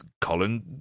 Colin